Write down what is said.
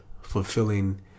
fulfilling